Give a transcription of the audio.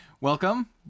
welcome